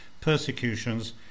persecutions